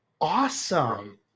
awesome